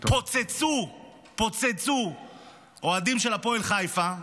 פוצצו אוהדים של הפועל חיפה,